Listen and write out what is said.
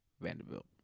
Vanderbilt